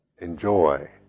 enjoy